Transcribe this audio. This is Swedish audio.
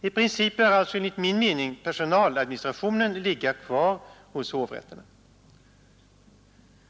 I princip bör alltså enligt min mening personaladministrationen ligga kvar hos hovrätterna.